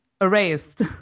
Erased